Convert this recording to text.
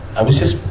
i was just,